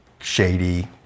shady